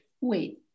Wait